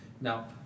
Now